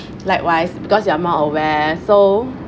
likewise because you are more aware so